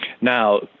Now